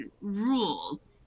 rules